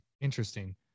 interesting